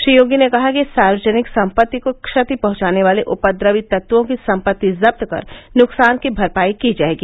श्री योगी ने कहा कि सार्वजनिक संपत्ति को क्षति पहुंचने वाले उपद्रवी तत्वों की संपत्ति जब्त कर नुकसान की भरपाई की जाएगी